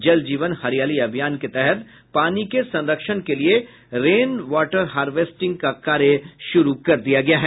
जल जीवन हरियाली अभियान के तहत पानी के संरक्षण के लिए रेन वॉटर हार्वेस्टिंग शुरू हो गया है